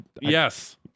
Yes